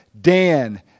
Dan